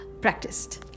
practiced